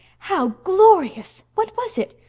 how glorious! what was it?